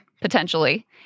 potentially